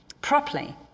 properly